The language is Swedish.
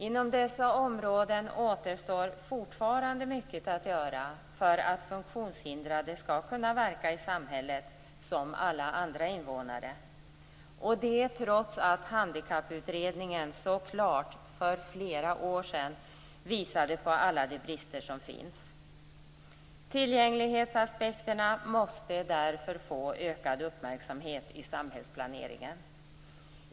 Inom dessa områden återstår fortfarande mycket att göra för att funktionshindrade skall kunna verka i samhället som alla andra invånare - detta trots att handikapputredningen så klart för flera år sedan visade på alla de brister som finns. Tillgänglighetsaspekterna måste därför få ökad uppmärksamhet i samhällsplaneringen.